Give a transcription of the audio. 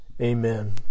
Amen